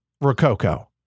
Rococo